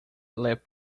leapt